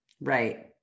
Right